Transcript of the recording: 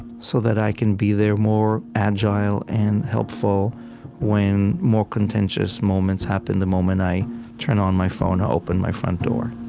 so that i can be there, more agile and helpful when more contentious moments happen the moment i turn on my phone or open my front door